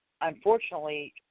unfortunately